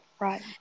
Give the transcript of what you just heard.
Right